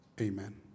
Amen